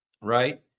Right